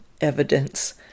evidence